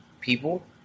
people